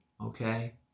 okay